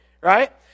right